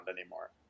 anymore